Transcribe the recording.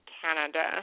Canada